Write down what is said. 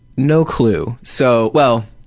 no clue. so well,